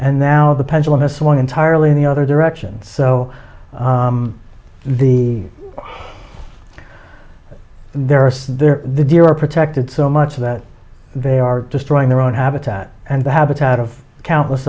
and now the pendulum has swung entirely in the other direction so the there are there the deer are protected so much that they are destroying their own habitat and the habitat of countless